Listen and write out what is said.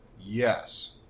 Yes